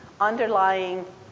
underlying